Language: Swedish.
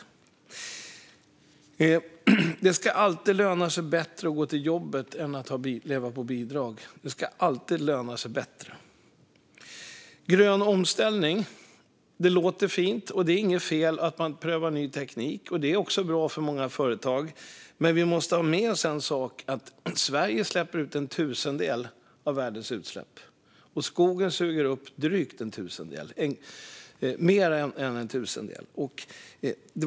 Det ska alltid löna sig bättre att gå till jobbet än att leva på bidrag. Det ska alltid löna sig bättre! En grön omställning låter fint, och det är inget fel med att pröva ny teknik. Det är också bra för många företag. Men vi måste ha med oss en sak, nämligen att Sverige står för en tusendel av världens utsläpp och att skogen suger upp drygt en tusendel - alltså mer än en tusendel.